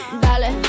Dale